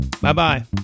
Bye-bye